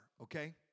okay